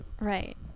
right